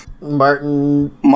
Martin